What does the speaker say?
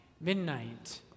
Midnight